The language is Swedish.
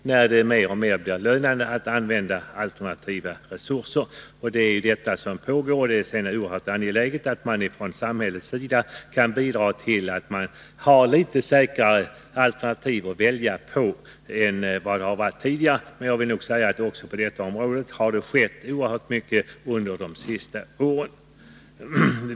När det blir mer och mer lönande att använda alternativa resurser sker en övergång till sådana. Det är detta som pågår, och det är oerhört angeläget att samhället kan bidra till att man har litet säkrare alternativ att välja mellan än man haft tidigare. Också på detta område har det skett oerhört mycket under de senaste åren.